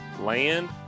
land